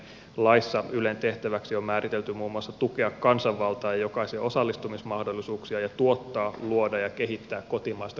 laissa ylen tehtäväksi on määritelty muun muassa tukea kansanvaltaa ja jokaisen osallistumismahdollisuuksia ja tuottaa luoda ja kehittää kotimaista kulttuuria